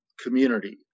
community